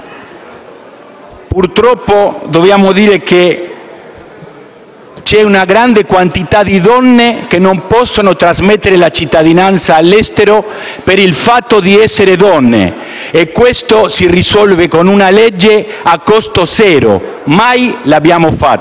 purtroppo, c'è una grande quantità di donne che non possono trasmettere la cittadinanza all'estero per il fatto di essere donne e questo si risolve con una legge a costo zero e mai è stato fatto.